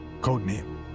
Codename